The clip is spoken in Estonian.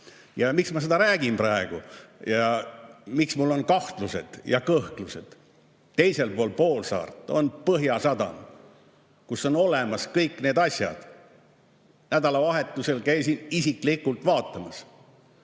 Miks ma seda räägin praegu? Ja miks mul on kahtlused ja kõhklused? Teisel pool poolsaart on Põhjasadam, kus on olemas kõik need asjad. Nädalavahetusel käisin isiklikult vaatamas.